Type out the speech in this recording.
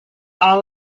all